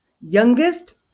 youngest